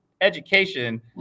education